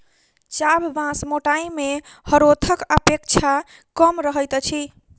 चाभ बाँस मोटाइ मे हरोथक अपेक्षा कम रहैत अछि